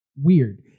weird